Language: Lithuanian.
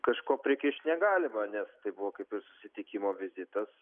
kažko prikišt negalima nes tai buvo kaip susitikimo vizitas